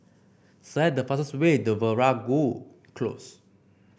select the fastest way to Veeragoo Close